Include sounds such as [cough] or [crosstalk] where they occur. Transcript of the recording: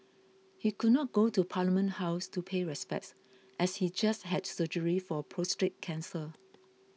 he could not go to Parliament House to pay respects as he just had surgery for [unintelligible] cancer